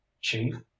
chief